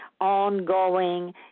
ongoing